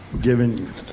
given